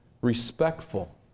Respectful